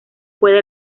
puede